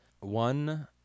one